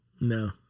No